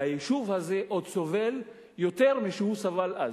והיישוב הזה סובל עוד יותר משהוא סבל אז.